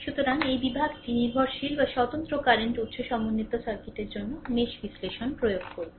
সুতরাং এই বিভাগটি নির্ভরশীল বা স্বতন্ত্র কারেন্ট উত্স সমন্বিত সার্কিটের জন্য মেশ বিশ্লেষণ প্রয়োগ করবে